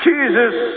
Jesus